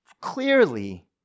clearly